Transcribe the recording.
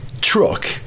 truck